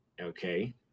okay